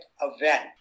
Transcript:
event